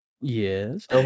Yes